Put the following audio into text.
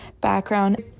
background